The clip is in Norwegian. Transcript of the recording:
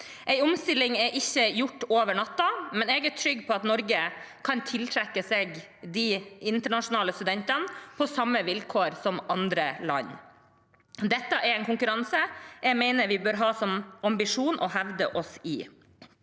En omstilling er ikke gjort over natten, men jeg er trygg på at Norge kan tiltrekke seg de internasjonale studentene på samme vilkår som andre land. Dette er en konkurranse jeg mener vi bør ha som ambisjon å hevde oss i.